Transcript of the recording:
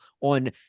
on